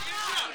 תודה.